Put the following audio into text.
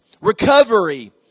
Recovery